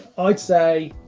i'd say,